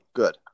good